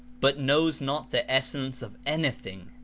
but knows not the essence of anything.